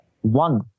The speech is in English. one